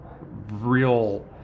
real